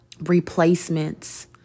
replacements